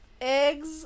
eggs